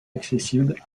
accessible